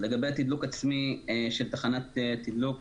לגבי תדלוק עצמי של תחנת תדלוק,